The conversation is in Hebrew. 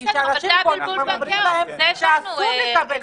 כי כאשר פונים הם אומרים להם שאסור לקבל כסף.